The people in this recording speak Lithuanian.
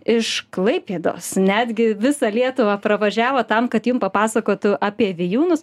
iš klaipėdos netgi visą lietuvą pravažiavo tam kad jum papasakotų apie vijūnus